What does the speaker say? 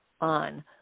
on